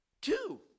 Two